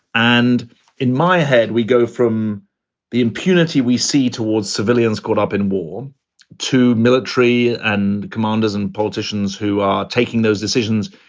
and in my head, head, we go from the impunity we see towards civilians caught up in war to military and commanders and politicians who are taking those decisions.